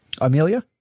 Amelia